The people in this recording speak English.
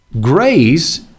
Grace